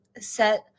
set